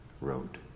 wrote